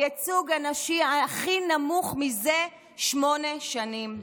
הייצוג הנשי הכי נמוך מזה שמונה שנים.